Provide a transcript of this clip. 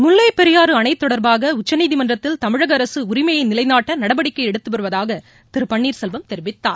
முல்லைப் பெரியாறு அணை தொடா்பாக உச்சநீதிமன்றத்தில் தமிழக அரசு உரிமையை நிலைநாட்ட நடவடிக்கை எடுத்து வருவதாக திரு பன்னீர்செல்வம் தெரிவித்தார்